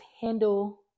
handle